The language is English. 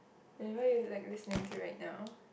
and why you like disangry right now